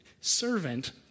servant